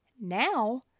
Now